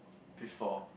before